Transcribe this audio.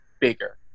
bigger